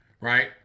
Right